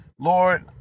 Lord